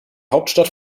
hauptstadt